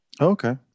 Okay